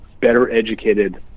better-educated